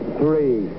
three